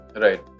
Right